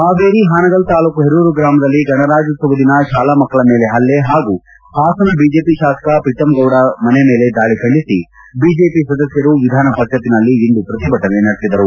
ಹಾವೇರಿ ಹಾನಗಲ್ ತಾಲ್ಡೂಕು ಹೆರೂರು ಗ್ರಾಮದಲ್ಲಿ ಗಣರಾಜ್ಯೋತ್ಸವ ದಿನ ಶಾಲಾ ಮಕ್ಕಳ ಮೇಲೆ ಹಲ್ಲೆ ಹಾಗೂ ಹಾಸನ ಬಿಜೆಪಿ ಶಾಸಕ ಪ್ರೀತಂ ಗೌಡ ಮನೆ ಮೇಲೆ ದಾಳಿ ಖಂಡಿಸಿ ಬಿಜೆಪಿ ಸದಸ್ಕರು ವಿಧಾನಪರಿಷತ್ತಿನಲ್ಲಿ ಇಂದು ಪ್ರತಿಭಟನೆ ನಡೆಸಿದರು